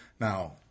now